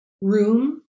room